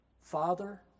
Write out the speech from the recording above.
Father